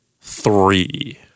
three